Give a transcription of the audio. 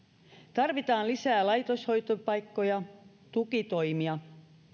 tarvitaan lisää laitoshoitopaikkoja tukitoimia